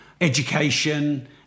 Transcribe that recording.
education